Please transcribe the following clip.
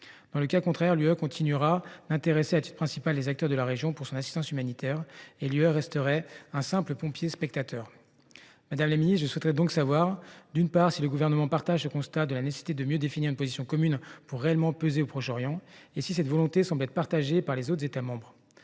Dans le cas contraire, elle continuerait d’intéresser à titre principal les acteurs de la région pour son assistance humanitaire, mais resterait un simple « pompier spectateur ». Madame la secrétaire d’État, je souhaiterais savoir si le Gouvernement partage ce constat de la nécessité de mieux définir une position commune pour réellement peser au Proche Orient, et si cette volonté semble être partagée par les autres États membres.